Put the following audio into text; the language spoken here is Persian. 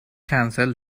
کنسل